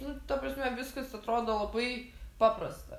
nu ta prasme viskas atrodo labai paprasta